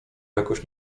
jakoś